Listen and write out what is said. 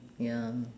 ya